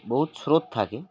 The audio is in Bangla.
বহুত স্রোত থাকে